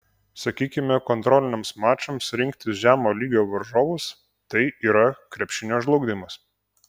sakykime kontroliniams mačams rinktis žemo lygio varžovus tai yra krepšinio žlugdymas